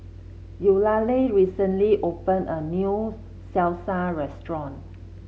Eulalie recently opened a new Salsa restaurant